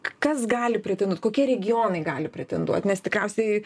kas gali pretenduot kokie regionai gali pretenduot nes tikriausiai